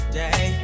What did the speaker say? day